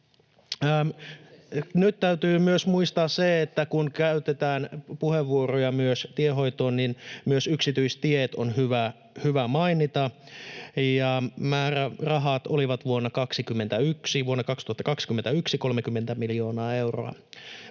Nyt täytyy myös muistaa se, että kun käytetään puheenvuoroja tienhoidosta, niin myös yksityistiet on hyvä mainita, ja määrärahat olivat 30 miljoonaa euroa